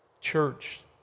Church